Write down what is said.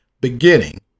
beginning